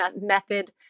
method